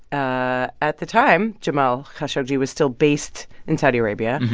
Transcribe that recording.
ah at the time, jamal khashoggi was still based in saudi arabia.